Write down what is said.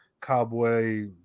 cowboy